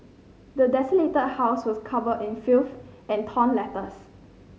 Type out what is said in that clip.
the desolated house was covered in filth and torn letters